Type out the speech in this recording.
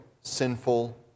sinful